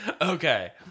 Okay